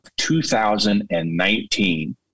2019